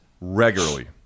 regularly